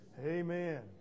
Amen